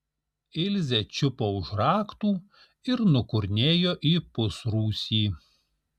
ilzė čiupo už raktų ir nukurnėjo į pusrūsį